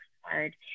hard